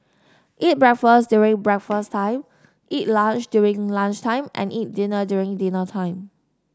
eat breakfast during breakfast time eat lunch during lunch time and eat dinner during dinner time